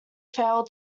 failed